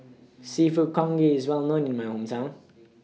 Seafood Congee IS Well known in My Hometown